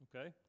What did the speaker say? okay